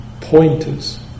pointers